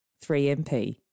3MP